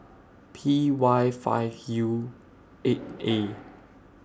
P Y five U eight A